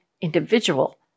individual